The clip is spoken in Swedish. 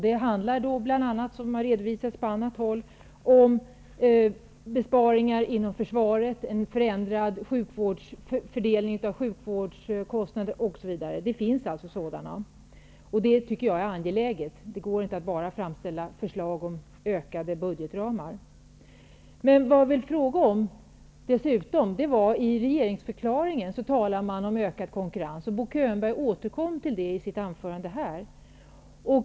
Det handlar, som redovisats på annat håll, om besparingar inom försvaret, om en förändrad fördelning av sjukvårdskostnader osv. Det tycker jag är angeläget, för det går inte att bara framställa förslag om ökade budgetramar. Jag vill dessutom fråga om en sak. I regeringsförklaringen talar man om ökad konkurrens. Bo Könberg återkom till detta i sitt anförande.